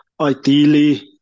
ideally